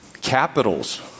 capitals